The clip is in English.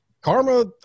Karma